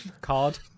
Card